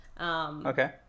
Okay